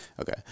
Okay